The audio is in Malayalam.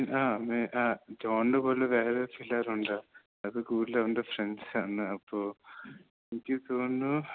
ആ ആ ജോൺൻറ്റെ പോലെ വേറേ പിള്ളേരുണ്ട് അത് കൂടുതലും അവൻറ്റെ ഫ്രെണ്ട്സ് ആണ് അപ്പോൾ എനിക്ക് തോന്നുന്നു